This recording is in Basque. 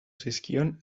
zizkion